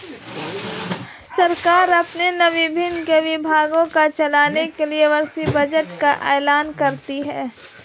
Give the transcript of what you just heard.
सरकार अपने विभिन्न विभागों को चलाने के लिए वार्षिक बजट का ऐलान करती है